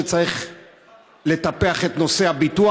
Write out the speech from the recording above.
שצריך לטפח את נושא הביטוח,